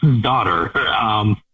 daughter